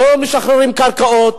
לא משחררים קרקעות,